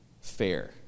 fair